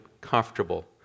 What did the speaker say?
comfortable